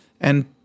And-